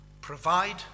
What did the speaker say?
provide